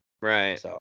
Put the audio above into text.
Right